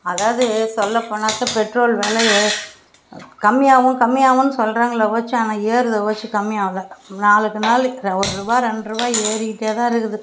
அதாவது சொல்லப் போனாக்க பெட்ரோல் விலை கம்மியாகவும் கம்மியாவுன் சொல்றாங்களோ ஆனால் ஏறுதை கம்மியாவ்லை நாளுக்கு நாள் ரெ ஒரு ரூவா ரெண்டுரூவா ஏறிக்கிட்டே தான் இருக்குது